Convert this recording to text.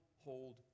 hold